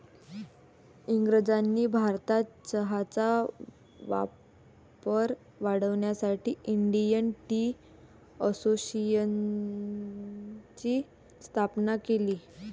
इंग्रजांनी भारतात चहाचा वापर वाढवण्यासाठी इंडियन टी असोसिएशनची स्थापना केली